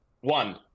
One